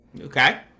okay